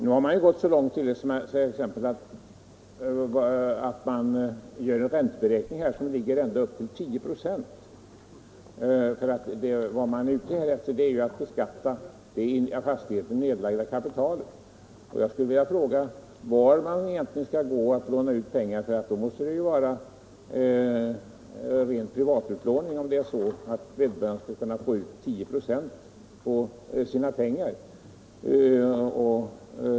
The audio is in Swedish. Nu har man gått så långt att man gör en ränteberäkning på ända upp till 10 926. Vad man är ute efter är att beskatta det i fastigheten nedlagda kapitalet, och jag skulle vilja fråga var man skall få ut dessa belopp. Det måste ju vara ren privatutlåning om vederbörande skulle kunna få ut 10 96 på sina pengar.